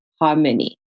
harmony